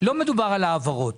לא מדובר על העברות.